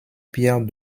pierre